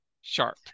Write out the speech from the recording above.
sharp